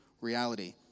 reality